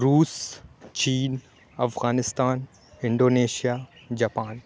روس چین Afghanistan Indonesia Japan